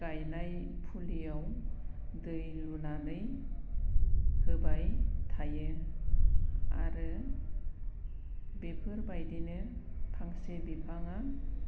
गायनाय फुलियाव दै लुनानै होबाय थायो आरो बेफोरबायदिनो फांसे बिफाङा